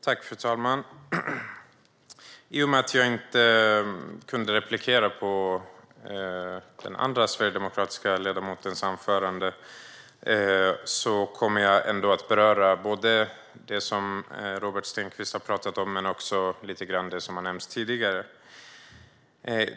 Fru talman! I och med att jag inte kunde replikera på den första sverigedemokratiska ledamotens anförande kommer jag att beröra det som Robert Stenkvist har talat om men också lite grann av det som har nämnts tidigare.